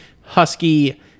Husky